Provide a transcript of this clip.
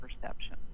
perception